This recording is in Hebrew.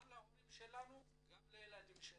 גם להורים שלנו, גם לילדים שלנו,